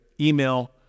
email